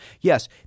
Yes